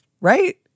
right